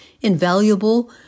invaluable